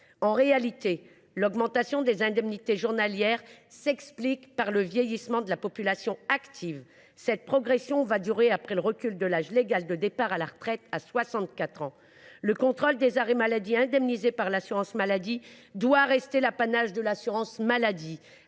En réalité, l’augmentation des indemnités journalières s’explique par le vieillissement de la population active. Cette progression perdurera du fait du recul de l’âge légal de départ à la retraite à 64 ans. Le contrôle des arrêts maladie indemnisés par l’assurance maladie doit rester l’apanage de cette